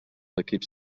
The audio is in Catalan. equips